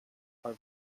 are